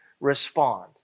respond